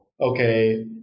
okay